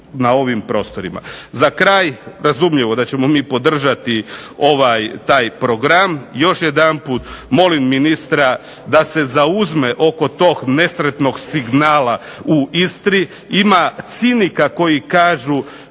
na ovim prostorima. Za kraj, razumljivo da ćemo mi podržati ovaj, taj program. Još jedanput molim ministra da se zauzme oko tog nesretnog signala u Istri. Ima cinika koji kažu